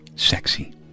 Sexy